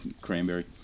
cranberry